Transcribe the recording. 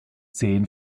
zehn